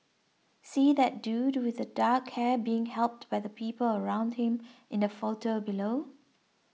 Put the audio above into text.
see that dude with the dark hair being helped by the people around him in the photo below